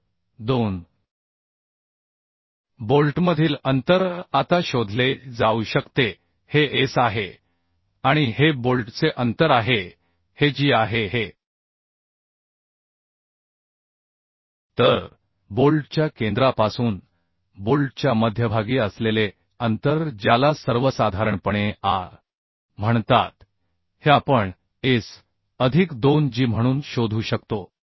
तर दोन बोल्टमधील अंतर आता शोधले जाऊ शकते हे S आहे आणि हे बोल्टचे अंतर आहे हे G आहे हे तर बोल्टच्या केंद्रापासून बोल्टच्या मध्यभागी असलेले अंतर ज्याला सर्वसाधारणपणे a म्हणतात हे आपण S अधिक 2G म्हणून शोधू शकतो